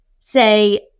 say